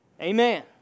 Amen